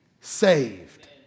saved